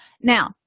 Now